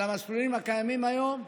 על המסלולים הקיימים היום,